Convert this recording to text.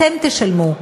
אתם תשלמו,